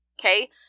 Okay